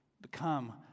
Become